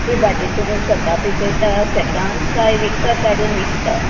ही भाजी तुमी स्वता पिकयता शेतांत कांय विकत हाडून विकता